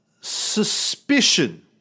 suspicion